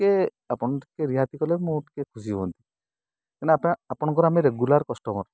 ଟିକେ ଆପଣ ଟିକେ ରିହାତି କଲେ ମୁଁ ଟିକେ ଖୁସି ହୁଅନ୍ତି କାଇଁନା ଆପଣଙ୍କର ଆମେ ରେଗୁଲାର କଷ୍ଟମର୍